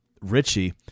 Richie